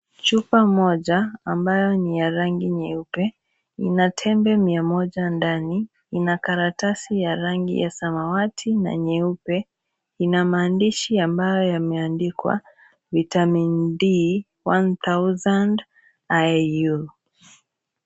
Chupa moja ambayo ni ya rangi nyeupe ina tembe mia moja ndani na karatasi ya rangi ya samawati na nyeupe, ina maandishi ambayo yameandikwa vitamin D 1000 IU.